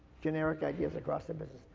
generic ideas across the business.